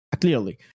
clearly